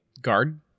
guard